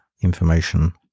information